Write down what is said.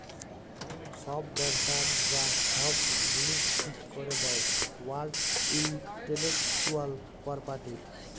ছব ব্যবসার যা ছব জিলিস ঠিক ক্যরে দেই ওয়ার্ল্ড ইলটেলেকচুয়াল পরপার্টি